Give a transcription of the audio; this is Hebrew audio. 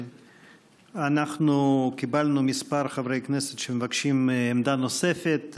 אנחנו קיבלנו כמה חברי כנסת שמבקשים עמדה נוספת.